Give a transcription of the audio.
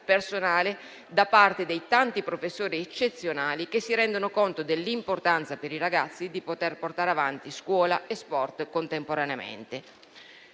personale da parte dei tanti professori eccezionali che si rendono conto dell'importanza, per i ragazzi, di poter portare avanti scuola e sport contemporaneamente.